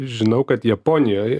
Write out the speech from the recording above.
žinau kad japonijoj